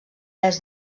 est